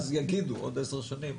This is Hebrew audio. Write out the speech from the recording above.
יגידו אחרי עשר שנים,